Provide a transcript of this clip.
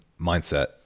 mindset